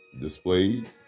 displayed